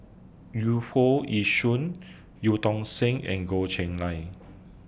Yu Foo Yee Shoon EU Tong Sen and Goh Cheng Liang